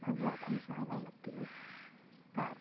ᱟᱵᱚᱣᱟᱜ ᱠᱷᱚᱱ ᱥᱟᱦᱟ ᱵᱟᱝ ᱞᱟᱹᱠᱛᱤᱜᱼᱟ ᱟᱨ